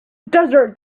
desert